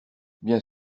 bien